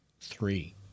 Three